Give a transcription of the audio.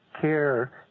care